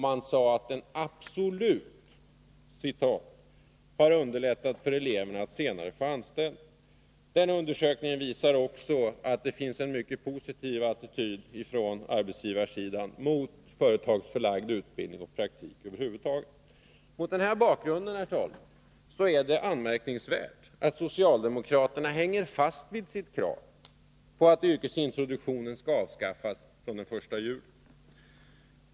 Man sade att den ”absolut” har underlättat för eleverna att senare få anställning. Undersökningen visar också att arbetsgivarna har en mycket positiv attityd till företagsförlagd utbildning och praktik över huvud. Mot denna bakgrund, herr talman, är det anmärkningsvärt att socialdemokraterna hänger fast vid sitt krav på att yrkesintroduktionen skall avskaffas från den 1 juli.